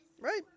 right